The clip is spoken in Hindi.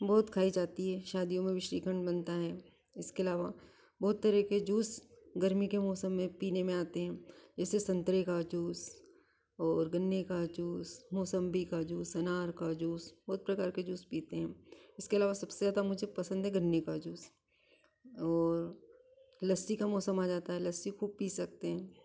बहुत खाई जाती है शादियों में भी श्रीखंड बनता है इसके अलावा बहुत तरह के जूस गर्मी के मौसम में पीने में आते हैं इससे संतरे का जूस और गन्ने का जूस मोसम्बी का जूस अनार का जूस बहुत प्रकार के जूस पीते हैं इसके अलावा सबसे ज़्यादा मुझे पसंद है गन्ने का जूस और लस्सी का मौसम आ जाता है लस्सी ख़ूब पी सकते हैं